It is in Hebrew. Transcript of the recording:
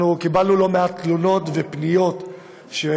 אנחנו קיבלנו לא מעט תלונות ופניות על